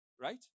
Right